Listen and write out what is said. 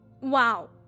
Wow